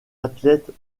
athlètes